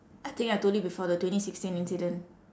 I think I told you before the twenty sixteen incident